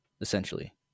essentially